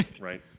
right